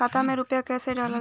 खाता में रूपया कैसे डालाला?